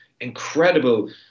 incredible